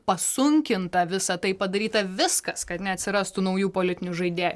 pasunkinta visa tai padaryta viskas kad neatsirastų naujų politinių žaidėjų